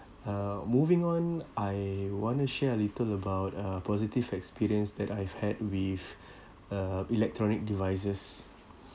uh moving on I want to share a little about uh positive experience that I've had with uh electronic devices